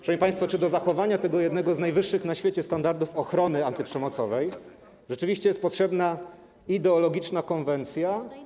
Szanowni państwo, czy do zachowania tego jednego z najwyższych na świecie standardów ochrony antyprzemocowej rzeczywiście jest potrzebna ideologiczna konwencja, która.